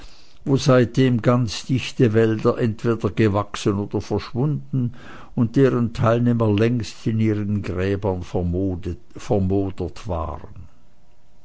wo seitdem ganze dichte wälder entweder gewachsen oder verschwunden und deren teilnehmer längst in ihren gräbern vermodert waren